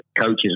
coaches